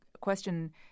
question